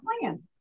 plan